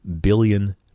billion